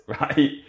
right